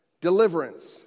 Deliverance